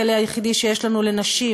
הכלא היחידי שיש לנו לנשים,